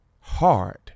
hard